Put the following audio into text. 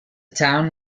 town